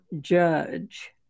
judge